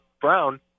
Brown